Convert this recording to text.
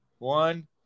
One